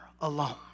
alone